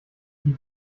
die